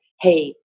Hey